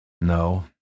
No